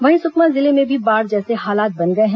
वहीं सुकमा जिले में भी बाढ़ जैसे हालात बन गए हैं